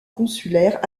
consulaire